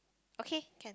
okay can